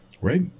Right